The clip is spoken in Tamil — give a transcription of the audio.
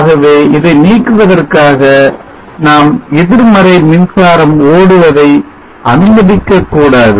ஆகவே இதை நீக்குவதற்காக நாம் எதிர்மறை மின்சாரம் ஓடுவதை அனுமதிக்கக் கூடாது